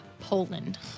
Poland